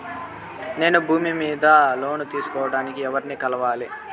నేను భూమి మీద లోను తీసుకోడానికి ఎవర్ని కలవాలి?